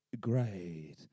Great